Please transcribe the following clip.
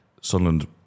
Sunderland